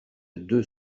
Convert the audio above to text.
deux